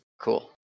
Cool